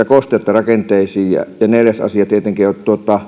kosteutta rakenteisiin ja ja neljäs asia tietenkin on se että